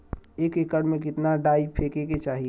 एक एकड़ में कितना डाई फेके के चाही?